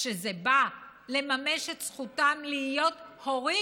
כשזה בא לממש את זכותם להיות הורים,